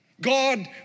God